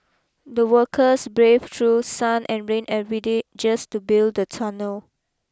the workers braved through sun and rain every day just to build the tunnel